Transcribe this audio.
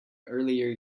earlier